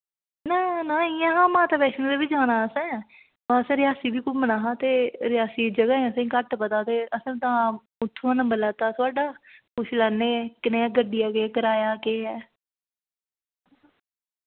ना ना इयां हा माता वैश्णो देवी जाना असें असें रियासी बी घूमना हा ते रियासी जगह् असें घट्ट पता ते असें तां उत्थुआं नंबर लैता थोआढ़ा पुच्छी लैन्ने कनेहा गड्डी दा केह् कराया केह् ऐ